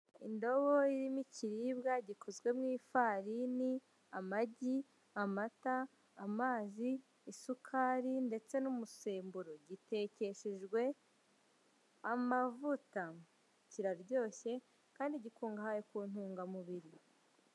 Indobo irimo ikiribwa gikozwe mu ifarini, amagi, amata, amazi, isukari ndetse n'umusemburo gitekeshejwe amavuta, kiraryoshye kandi gikungahaye ku ntungamubiri.